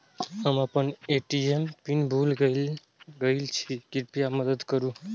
हम आपन ATM pin भूल गईल छी, कृपया मदद करू